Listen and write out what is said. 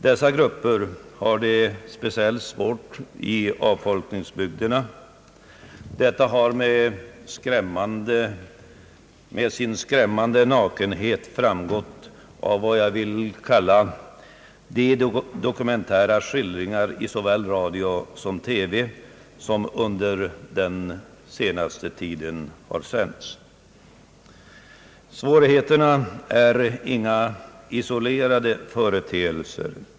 Dessa grupper har det speciellt svårt i avfolkningsbygderna — detta har med skrämmande tydlighet framgått av de dokumentära skildringar som under den senaste tiden har sänts i radio och TV. Dessa svårigheter är inga isolerade företeelser.